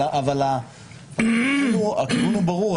אבל הכיוון הוא ברור,